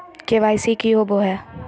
KYC की होबो है?